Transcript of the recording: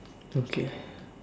okay